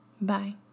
Bye